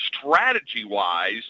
strategy-wise